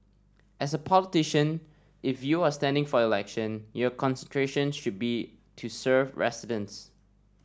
as a politician if you are standing for election your concentration should be to serve residents